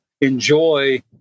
enjoy